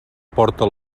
porta